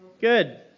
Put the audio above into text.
Good